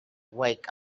wake